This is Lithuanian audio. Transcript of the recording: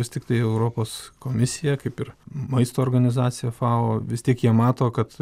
vis tiktai europos komisija kaip ir maisto organizacija fao vis tik jie mato kad